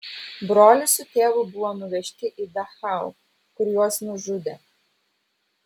brolis su tėvu buvo nuvežti į dachau kur juos nužudė